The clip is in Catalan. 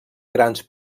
grans